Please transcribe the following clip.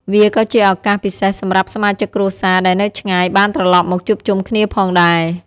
វាក៏ជាឱកាសពិសេសសម្រាប់សមាជិកគ្រួសារដែលនៅឆ្ងាយបានត្រឡប់មកជួបជុំគ្នាផងដែរ។